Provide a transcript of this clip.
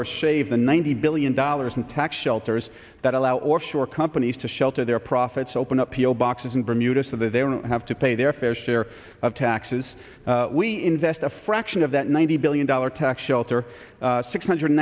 or save the ninety billion dollars in tax shelters that allow offshore companies to shelter their profits open up your boxes in bermuda so that they don't have to pay their fair share of taxes we invest a fraction of that ninety billion dollars tax shelter six hundred